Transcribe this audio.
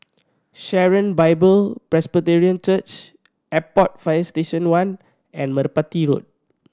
Sharon Bible Presbyterian Church Airport Fire Station One and Merpati Road